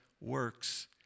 works